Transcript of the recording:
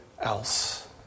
else